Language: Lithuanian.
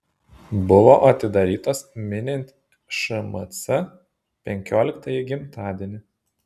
buvo atidarytos minint šmc penkioliktąjį gimtadienį